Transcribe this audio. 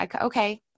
okay